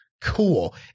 cool